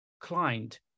client